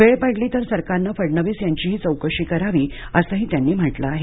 वेळ पडली तर सरकारनं फडणवीस यांचीही चौकशी करावी असंही त्यांनी म्हटलं आहे